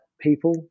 people